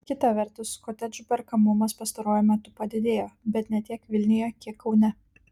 kita vertus kotedžų perkamumas pastaruoju metu padidėjo bet ne tiek vilniuje kiek kaune